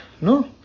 No